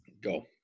Go